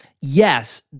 yes